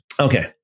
Okay